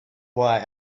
why